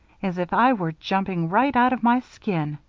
as if i were jumping right out of my skin.